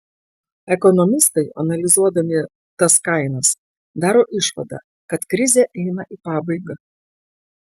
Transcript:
ekonomistai analizuodami tas kainas daro išvadą kad krizė eina į pabaigą